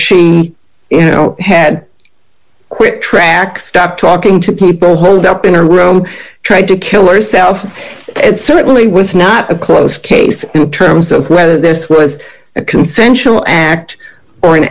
she you know had a quick track stop talking to people holed up in a room tried to kill herself it certainly was not a close case in terms of whether this was a consensual act or an